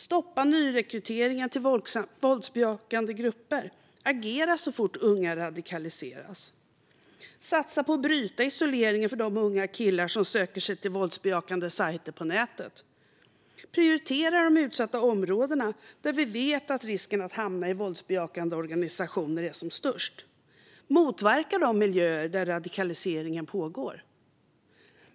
Stoppa nyrekryteringen till våldsbejakande grupperingar och agera så fort unga radikaliseras, satsa på att bryta isoleringen för de unga killar som söker sig till våldsbejakande sajter på nätet, prioritera de utsatta områdena, där vi vet att risken att hamna i våldsbejakande grupperingar är som störst, och motverka de miljöer där radikaliseringen pågår.